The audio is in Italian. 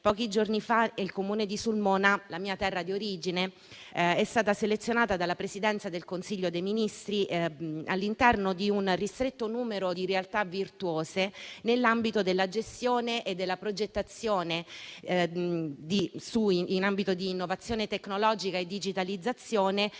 pochi giorni fa il Comune di Sulmona, la mia terra di origine, è stato selezionato dalla Presidenza del Consiglio dei ministri all'interno di un ristretto numero di realtà virtuose per quanto riguarda la gestione di progetti finanziati con i fondi del PNRR in ambito di innovazione tecnologica e digitalizzazione.